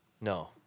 No